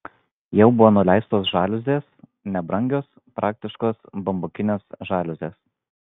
jau buvo nuleistos žaliuzės nebrangios praktiškos bambukinės žaliuzės